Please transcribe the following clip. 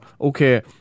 okay